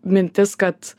mintis kad